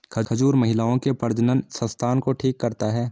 खजूर महिलाओं के प्रजननसंस्थान को ठीक करता है